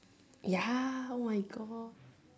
ya oh my god